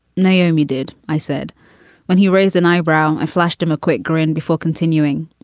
naomi did. i said when he raised an eyebrow, i flashed him a quick grin before continuing.